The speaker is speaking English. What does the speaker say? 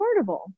affordable